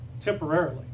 Temporarily